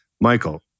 Michael